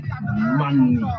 money